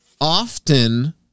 often